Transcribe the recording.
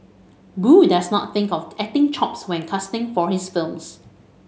boo does not think of acting chops when casting for his films